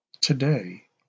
Today